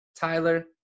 tyler